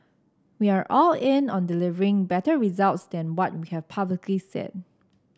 we are all in on delivering better results than what we have publicly said